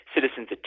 citizens